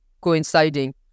coinciding